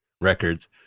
records